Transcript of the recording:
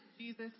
Jesus